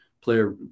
player